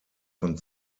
von